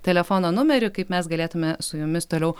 telefono numerį kaip mes galėtume su jumis toliau